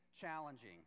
challenging